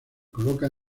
coloca